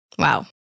Wow